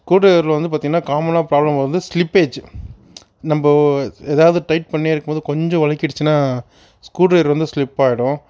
screw ட்ரைவரில் வந்து பார்த்திங்கனா காமனாக ப்ராப்ளம் வரது ஸ்லிப்பேஜ் நம்ம எதாவது டைட் பண்ணி இருக்கும் போது கொஞ்சம் வழுக்கிடிச்சின்னா ஸ்க்ரூ ட்ரைவர் வந்து ஸ்லிப்பாகிடும்